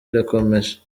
irakomeje